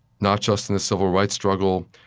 not just in the civil rights struggle,